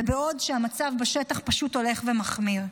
ובעוד המצב בשטח פשוט הולך ומחמיר,